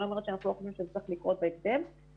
אני לא אומרת שאנחנו לא חושבים שזה צריך לקרות בהקדם ברשויות